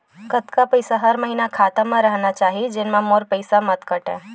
कतका पईसा हर महीना खाता मा रहिना चाही जेमा मोर पईसा मत काटे?